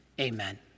Amen